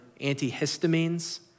antihistamines